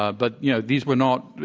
ah but you know these were not,